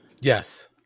yes